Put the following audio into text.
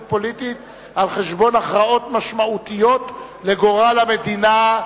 פוליטית על-חשבון הכרעות משמעותיות לגורל המדינה.